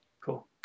Cool